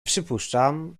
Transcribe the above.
przypuszczam